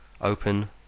open